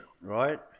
right